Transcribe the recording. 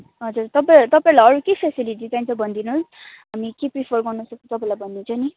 हजुर तपाईँ तपाईँहरूलाई अरू के फ्यासिलिटी चाहिन्छ भनिदिनुहोस् हामी के प्रिफर गर्न सक्छ तपाईँलाई भनिदिन्छ नि